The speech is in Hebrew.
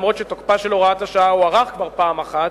אף שתוקפה של הוראת השעה הוארך כבר פעם אחת,